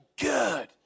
Good